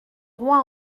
roi